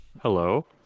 Hello